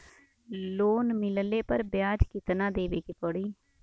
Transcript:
Loan मिलले पर ब्याज कितनादेवे के पड़ी?